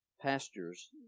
pastures